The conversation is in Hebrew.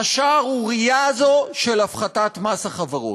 השערורייה הזו של הפחתת מס החברות.